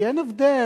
כי אין הבדל,